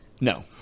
No